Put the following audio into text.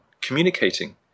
communicating